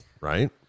Right